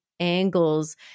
angles